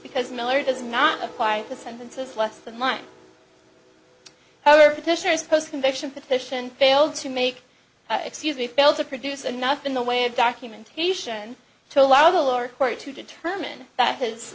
because miller does not apply the sentences less than mine however petitioners post convention petition failed to make excuse me failed to produce enough in the way of documentation to allow the lower court to determine that his